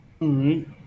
right